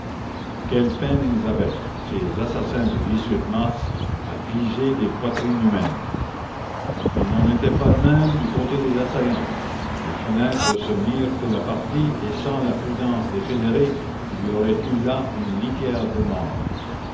quelle peine ils avaient ces assassins du mars à viser des poitrines humaines il n'en était pas de même du côté des assaillants les fenêtres se mirent de la partie et sans la prudence des fédérés il y aurait eu là une litière de morts